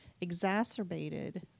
exacerbated